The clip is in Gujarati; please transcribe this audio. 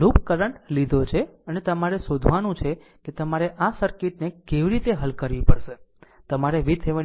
લૂપ કરંટ લીધો છે અને તમારે શોધવાનું છે કે તમારે આ સર્કિટને કેવી રીતે હલ કરવી પડશે અને તમારે VThevenin